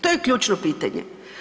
To je ključno pitanje.